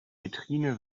vitrine